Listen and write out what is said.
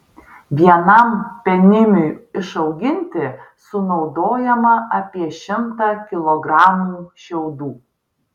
vienam penimiui išauginti sunaudojama apie šimtą kilogramų šiaudų